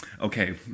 okay